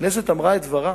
הכנסת אמרה את דברה.